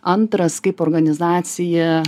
antras kaip organizacija